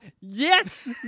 Yes